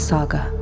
Saga